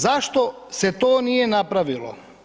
Zašto se to nije napravilo?